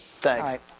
Thanks